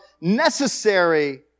necessary